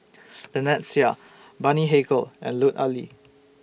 Lynnette Seah Bani Haykal and Lut Ali